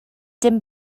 dim